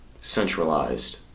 centralized